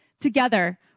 together